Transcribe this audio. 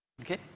Okay